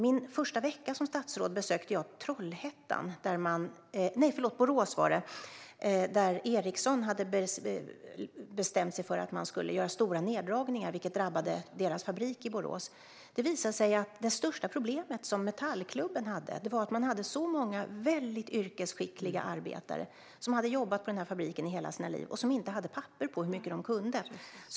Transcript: Min första vecka som statsråd besökte jag Borås där Ericsson hade bestämt sig för att göra stora neddragningar, vilket drabbade deras fabrik i Borås. Det visade sig att det största problem som Metallklubben hade var att det fanns så många mycket yrkesskickliga arbetare som hade jobbat på fabriken hela livet, och de hade inte papper på hur mycket de kunde.